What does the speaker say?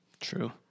True